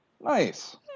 Nice